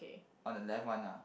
on the left one ah